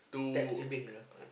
step sibling ah